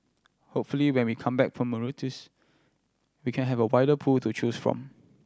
hopefully when we come back from Mauritius we can have a wider pool to choose from